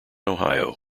ohio